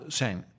zijn